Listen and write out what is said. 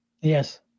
Yes